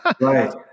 Right